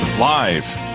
live